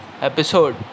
episode